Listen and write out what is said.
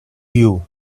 you